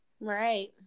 Right